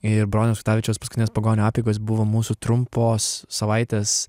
ir broniaus kutavičiaus paskutinės pagonių apeigos buvo mūsų trumpos savaitės